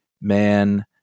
Man